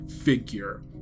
figure